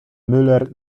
müller